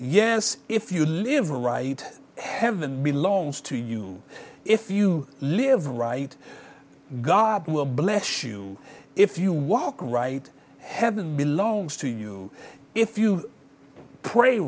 yes if you live right heaven belongs to you if you live right god will bless you if you walk right heaven belongs to you if you pray